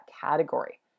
category